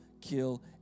kill